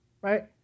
Right